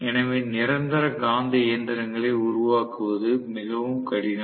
எனவே நிரந்தர காந்த இயந்திரங்களை உருவாக்குவது மிகவும் கடினம்